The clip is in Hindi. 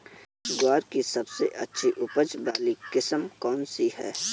ग्वार की सबसे उच्च उपज वाली किस्म कौनसी है?